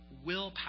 willpower